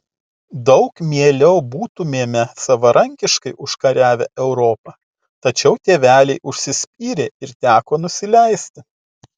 daug mieliau būtumėme savarankiškai užkariavę europą tačiau tėveliai užsispyrė ir teko nusileisti